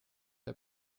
der